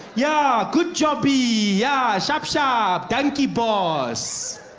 yeah good jobie. yeah shop, shop. dankie boss.